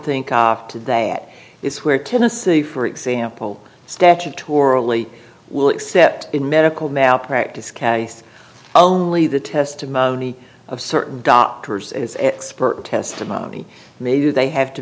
think of that is where tennessee for example statutorily will except in medical malpractise case only the testimony of certain doctors is expert testimony maybe they have to